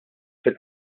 fil